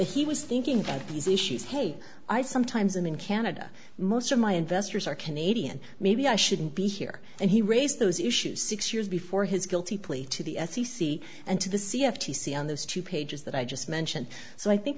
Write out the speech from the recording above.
he was thinking about these issues hey i sometimes i'm in canada most of my investors are canadian maybe i shouldn't be here and he raised those issues six years before his guilty plea to the f c c and to the c f t c on those two pages that i just mentioned so i think